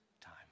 time